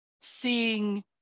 seeing